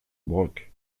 broc